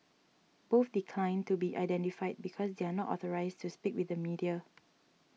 both declined to be identified because they are not authorised to speak with the media